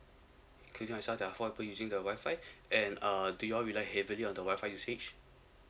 including yourself there are four people using the Wi-Fi and uh do you all rely heavily on the Wi-Fi usage